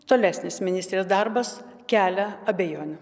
tolesnis ministrės darbas kelia abejonių